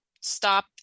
stop